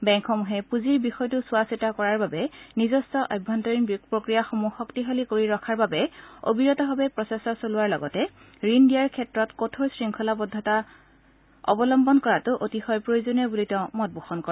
বেংকসমূহে পুঁজিৰ বিষয়টো চোৱা চিতা কৰাৰ বাবে নিজস্ব আভ্যন্তৰীণ প্ৰক্ৰিয়াসমূহ শক্তিশালী কৰি ৰখাৰ হকে অবিৰতভাৱে প্ৰচেষ্টা চলোৱাৰ লগতে ঋণ দিয়াৰ ক্ষেত্ৰত কঠোৰ শৃংখলাবদ্ধতা অৱলম্বন কৰাটো অতিশয় প্ৰয়োজনীয় বুলি তেওঁ মত প্ৰকাশ কৰে